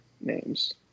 names